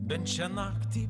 bent šią naktį